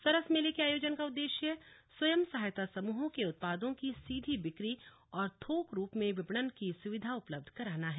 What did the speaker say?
सरस मेले के आयोजन का उद्देश्य स्वयं सहायता समूहों के उत्पादों की सीधी बिक्री और थोक रूप में विपणन की स्विधा उपलब्ध कराना है